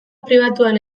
pribatuan